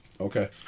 Okay